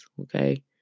Okay